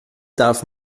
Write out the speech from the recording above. darf